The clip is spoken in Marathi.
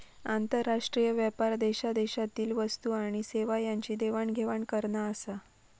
आंतरराष्ट्रीय व्यापार देशादेशातील वस्तू आणि सेवा यांची देवाण घेवाण करना आसा